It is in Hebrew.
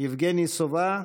יבגני סובה,